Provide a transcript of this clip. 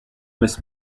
miss